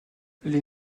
les